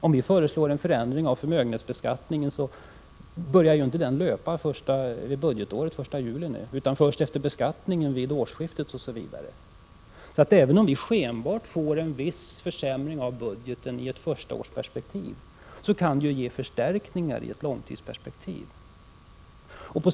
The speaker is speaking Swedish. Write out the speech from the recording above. Om vi föreslår och får gehör för en förändring av förmögenhetsbeskattningen, träder inte den i kraft vid det nya budgetåret den 1 juli i år utan först efter beskattningen vid årsskiftet. Även om det skenbart blir en viss försämring av budgeten i ett förstaårsperspektiv kan det bli förstärkningar i ett långtidsperspektiv.